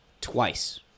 Twice